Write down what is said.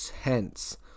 hence